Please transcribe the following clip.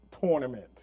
tournament